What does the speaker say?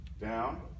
Down